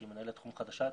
שהיא מנהלת תחום חדשה אצלנו,